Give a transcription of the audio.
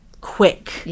quick